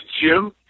Jim